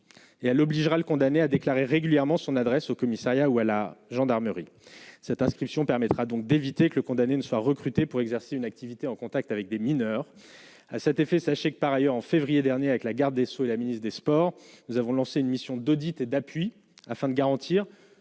et à l'obligera le condamné a déclaré régulièrement son adresse au commissariat ou à la gendarmerie, cette inscription permettra donc d'éviter que le condamné ne soient recrutés pour exercer une activité en contact avec des mineurs à cet effet, sachez que, par ailleurs, en février dernier avec la garde des Sceaux et la ministre des Sports, nous avons lancé une mission d'audits et d'appui afin de garantir